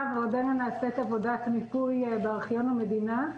ועודנה נעשית עבודת מיפוי בארכיון המדינה,